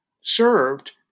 served